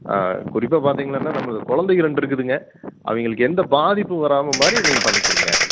ஆ குறிப்பாக பார்த்திங்களாண்ணா நம்மளுக்கு குழந்தைங்க ரெண்டு இருக்குதுங்க அவங்களுக்கு எந்த பாதிப்பு வராமல் மாதிரி நீங்கள் பண்ணிக்கொடுங்க